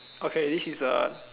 okay this is a